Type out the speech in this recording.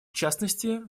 частности